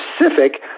specific